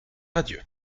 radieux